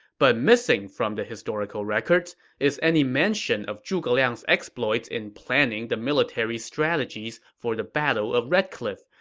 but missing from the historical historical records is any mention of zhuge liang's exploits in planning the military strategies for the battle of red cliff,